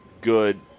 good